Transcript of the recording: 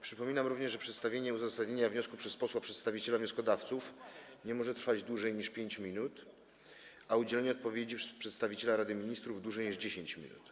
Przypominam również, że przedstawienie uzasadnienia wniosku przez posła przedstawiciela wnioskodawców nie może trwać dłużej niż 5 minut, a udzielenie odpowiedzi przez przedstawiciela Rady Ministrów - dłużej niż 10 minut.